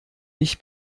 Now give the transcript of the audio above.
ich